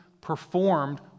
performed